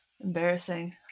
embarrassing